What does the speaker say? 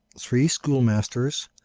three schoolmasters,